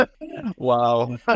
wow